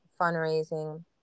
fundraising